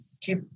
keep